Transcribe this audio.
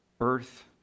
earth